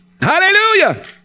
Hallelujah